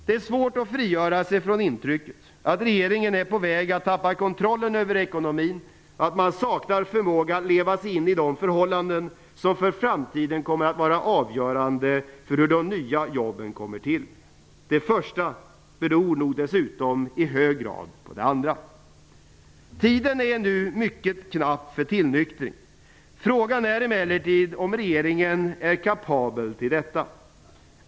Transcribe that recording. Det är svårt att frigöra sig från intrycket att regeringen är på väg att tappa kontrollen över ekonomin och att man saknar förmåga att leva sig in i de förhållanden som för framtiden kommer att vara avgörande för hur de nya jobben kommer till. Det första beror nog dessutom i hög grad på det andra. Tiden är nu mycket knapp för tillnyktring. Frågan är emellertid om regeringen är kapabel till detta.